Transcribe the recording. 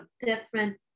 different